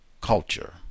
culture